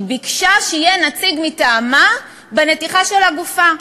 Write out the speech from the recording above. ביקשה שיהיה נציג מטעמה בנתיחה של הגופה.